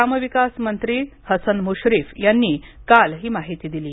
ग्रामविकास मंत्री हसन मुश्रीफ यांनी काल ही माहिती दिली